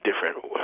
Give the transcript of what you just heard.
different